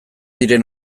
diren